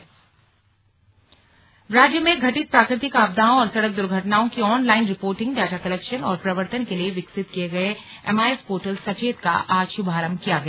slug Sachet portal राज्य में घटित प्राकृतिक आपदाओं और सड़क दुर्घटनाओं की ऑनलाइन रिपोर्टिंग डाटा कलेक्शन और प्रवर्तन के लिए विकसित किए गए एमआईएस पोर्टल सचेत का आज शुभारम्भ किया गया